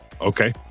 Okay